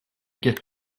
get